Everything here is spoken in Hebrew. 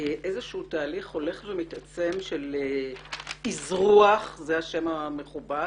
איזשהו תהליך הולך ומתעצם של אזרוח זה השם המכובס